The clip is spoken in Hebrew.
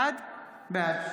בעד